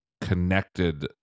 connected